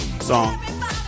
song